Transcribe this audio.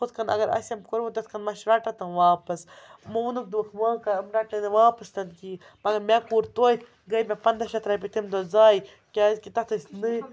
ہُتھ کَن اگر آسٮ۪م کوٚرمُت تِتھ کٔنۍ ما چھِ رَٹان تِم واپَس مونُکھ دوٚپُکھ ما کر یِم رَٹنَے نہٕ واپَس تہِ نہٕ کِہیٖنۍ مطلب مےٚ توتہِ گٔے مےٚ پنٛداہ شیٚتھ رۄپیہِ تمہِ دۄہ زایہِ کیٛازِکہِ تَتھ ٲسۍ نٔرۍ